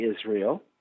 Israel